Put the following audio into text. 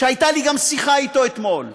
והייתה לי גם שיחה אתו אתמול.